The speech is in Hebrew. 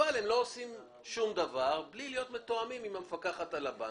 אבל הם לא עושים שום דבר בלי להיות מתואמים עם המפקחת על הבנקים.